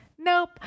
nope